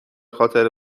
خاطر